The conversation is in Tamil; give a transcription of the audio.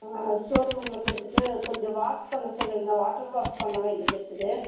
ஸ்டோர் ரூம்மில் கொடுத்துட்டு கொஞ்சம் வாஷ் பண்ணச் சொல்லியிருந்தேன் வாட்டா் வாஷ் பண்ண வேண்டியது இருக்குது